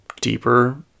deeper